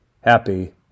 happy